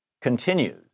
continues